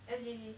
S_G_D